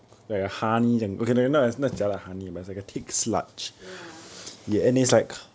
ya